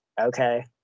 okay